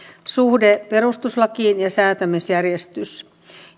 suhde perustuslakiin ja säätämisjärjestys